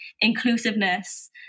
inclusiveness